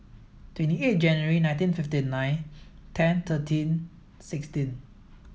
twenty eight January nineteen fifty nine ten thirteen sixteen